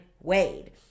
Wade